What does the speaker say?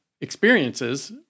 experiences